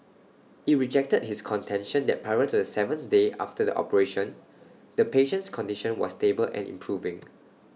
IT rejected his contention that prior to the seventh day after the operation the patient's condition was stable and improving